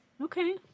Okay